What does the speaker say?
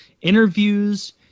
interviews